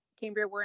Cambria